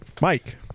Mike